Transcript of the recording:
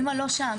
אמא לא שם.